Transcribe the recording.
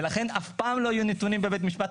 ולכן אף פעם לא יהיו נתונים בבית משפט,